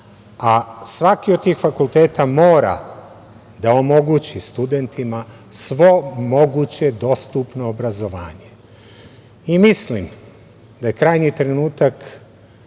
a svaki od tih fakulteta mora da omogući studentima svo moguće dostupno obrazovanje. Mislim da je krajnji trenutak